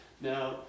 Now